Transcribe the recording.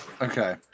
okay